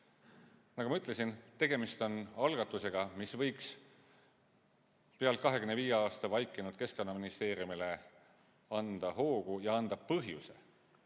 ma ütlesin, tegemist on algatusega, mis võiks pealt 25 aasta vaikinud Keskkonnaministeeriumile anda hoogu ja anda põhjuse